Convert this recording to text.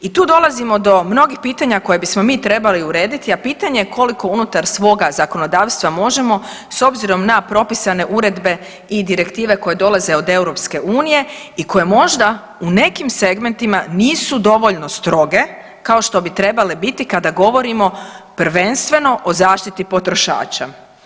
I tu dolazimo do mnogih pitanja koja bismo mi trebali urediti, a pitanje je koliko unutar svoga zakonodavstva možemo s obzirom na propisane uredbe i direktive koje dolaze od EU i koje možda u nekim segmentima nisu dovoljno stroge kao što bi trebale biti kada govorimo prvenstveno o zaštiti potrošača.